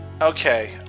Okay